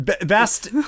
best